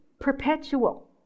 perpetual